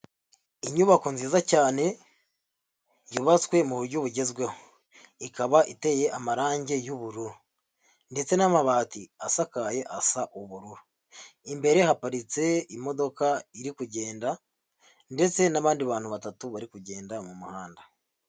Inyubako nziza cyane yubatswe mu buryo bugezweho, ikaba iteye amarangi y'ubururu ndetse n'amabati asakaye asa ubururu, imbere haparitse imodoka iri kugenda ndetse n'abandi bantu batatu bari kugenda mu muhanda.